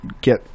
get